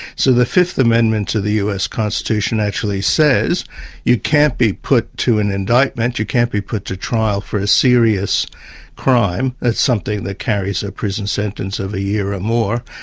so the fifth amendment to the us constitution actually says you can't be put to an indictment, you can't be put to trial for a serious crime as something that carries a prison sentence of a year or more,